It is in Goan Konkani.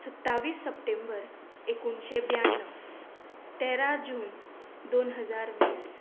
सत्तावीस सप्टेंबर एकुणीश्शे ब्यांण्णव तेरा जून दोन हजार वीस